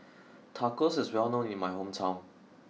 Tacos is well known in my hometown